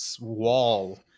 wall